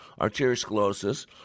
arteriosclerosis